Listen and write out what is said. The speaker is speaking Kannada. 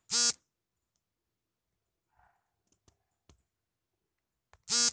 ಮಣ್ಣಿನಲ್ಲಿ ಆಮ್ಲದ ಮಣ್ಣು, ಲವಣಯುಕ್ತ ಮಣ್ಣು, ಸೋಡಿಕ್ ಮಣ್ಣು ನೋಡ್ಬೋದು